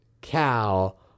cow